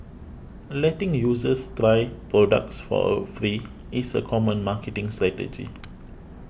letting users try products for free is a common marketing strategy